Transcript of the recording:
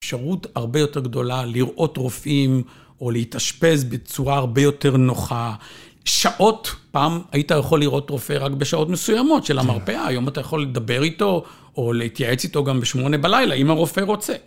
אפשרות הרבה יותר גדולה לראות רופאים או להתאשפז בצורה הרבה יותר נוחה. שעות, פעם היית יכול לראות רופא רק בשעות מסוימות של המרפאה, היום אתה יכול לדבר איתו או להתייעץ איתו גם בשמונה בלילה, אם הרופא רוצה.